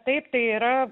taip yra